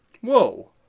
Whoa